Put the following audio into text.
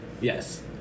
Yes